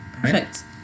Perfect